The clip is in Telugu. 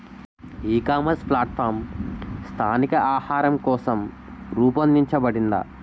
ఈ ఇకామర్స్ ప్లాట్ఫారమ్ స్థానిక ఆహారం కోసం రూపొందించబడిందా?